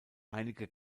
einige